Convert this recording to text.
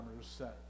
set